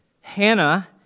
Hannah